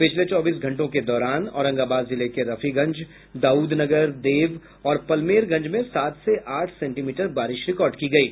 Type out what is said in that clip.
पिछले चौबीस घंटों के दौरान औरंगाबाद जिले के रफीगंज दाऊदनगर देव और पलमेरगंज में सात से आठ सेंटीमीटर बारिश रिकॉर्ड की गयी